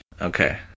Okay